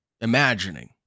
imagining